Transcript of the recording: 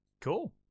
Cool